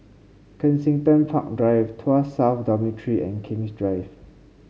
Kensington Park Drive Tuas South Dormitory and King's Drive